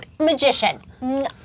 Magician